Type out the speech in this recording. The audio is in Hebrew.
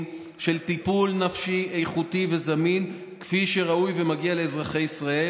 של טיפול נפשי איכותי וזמין כפי שראוי ומגיע לאזרחי ישראל,